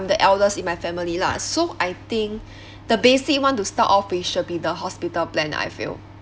the eldest in my family lah so I think the basic you want to start off with should be the hospital plan I feel